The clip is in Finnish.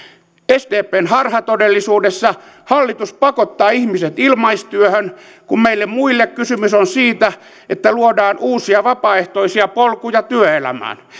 sdpn harhatodellisuudessa hallitus pakottaa ihmiset ilmaistyöhön kun meille muille kysymys on siitä että luodaan uusia vapaaehtoisia polkuja työelämään